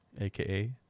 aka